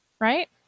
right